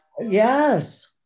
Yes